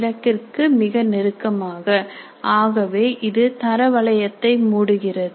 இலக்கிற்கு மிக நெருக்கமாக ஆகவே இது தர வளையத்தை மூடுகிறது